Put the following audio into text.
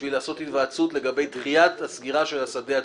בשביל לקיים היוועצות לגבי דחיית סגירת השדה הצבאי.